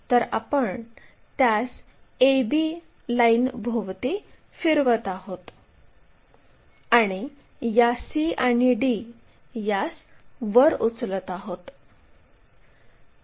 तर आपण त्यास AB लाईनभोवती फिरवत आहोत आणि या C आणि D यास वर उचलत आहोत